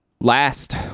last